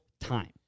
time